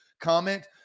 comment